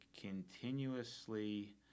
continuously